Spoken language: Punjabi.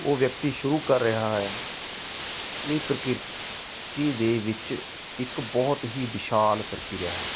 ਉਹ ਵਿਅਕਤੀ ਸ਼ੁਰੂ ਕਰ ਰਿਹਾ ਹੈ ਇਹ ਪ੍ਰਕਿਰਤੀ ਦੇ ਵਿੱਚ ਇੱਕ ਬਹੁਤ ਹੀ ਵਿਸ਼ਾਲ ਪ੍ਰਕਿਰਿਆ ਹੈ